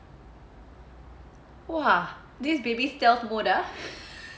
!wah! this baby stealth mode ah